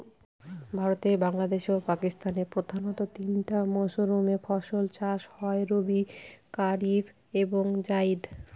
ভারতে বাংলাদেশে ও পাকিস্তানে প্রধানত তিনটা মরসুমে ফাসল চাষ হয় রবি কারিফ এবং জাইদ